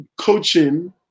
coaching